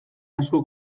asko